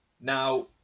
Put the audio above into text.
now